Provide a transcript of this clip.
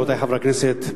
רבותי חברי הכנסת,